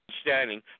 standing